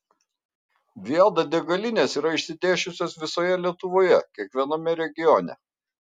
viada degalinės yra išsidėsčiusios visoje lietuvoje kiekviename regione